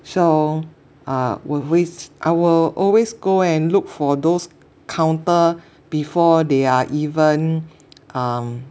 so uh always I will always go and look for those counter before they are even um